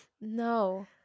no